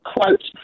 quote